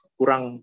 kurang